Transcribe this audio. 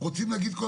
צריכים להתייחס לכל